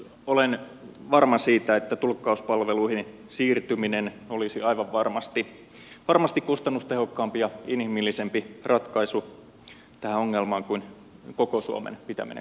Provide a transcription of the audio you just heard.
olen varma siitä että tulkkauspalveluihin siirtyminen olisi aivan varmasti kustannustehokkaampi ja inhimillisempi ratkaisu tähän ongelmaan kuin koko suomen pitäminen kaksikielisenä